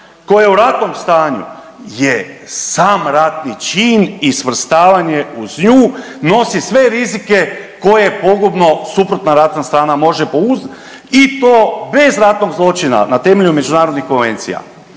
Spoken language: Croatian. koja je u ratnom stanju je sam ratni čin i svrstavanje uz nju, nosi sve rizike koje pogubno suprotno ratna strana može … i to bez ratnog zločina na temelju međunarodnih konvencija.